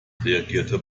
reagierte